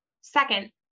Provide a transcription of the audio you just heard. Second